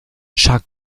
shark